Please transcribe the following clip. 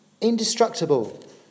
Indestructible